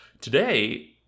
today